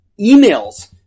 emails